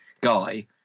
guy